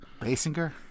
basinger